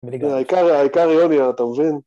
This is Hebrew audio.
‫העיקר העיקר, יוני, אתה מבין?